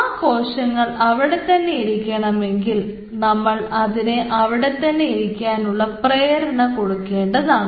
ആ കോശങ്ങൾ അവിടെത്തന്നെ ഇരിക്കണമെങ്കിൽ നമ്മൾ അതിനെ അവിടെത്തന്നെ ഇരിക്കാനുള്ള പ്രേരണ കൊടുക്കേണ്ടതാണ്